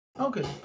okay